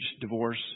divorce